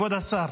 כבוד השר.